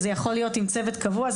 שזה יכול להיות עם צוות קבוע.